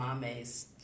Mame's